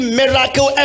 miracle